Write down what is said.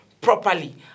properly